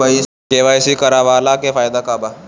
KYC करवला से का का फायदा बा?